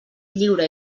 lliure